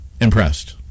impressed